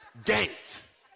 ganked